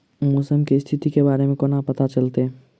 मौसम केँ स्थिति केँ बारे मे कोना पत्ता चलितै?